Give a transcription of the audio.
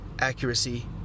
accuracy